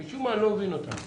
משום מה אני לא מבין אותם.